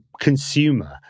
consumer